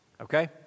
Okay